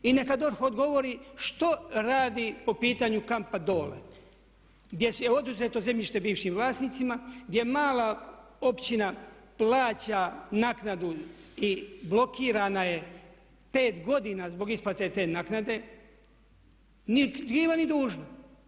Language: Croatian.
I neka DORH odgovori što radi po pitanju kampa DOLE gdje je oduzeto zemljište bivšim vlasnicima, gdje mala općina plaća naknadu i blokirana je 5 godina zbog isplate te naknade, nit kriva nit dužna.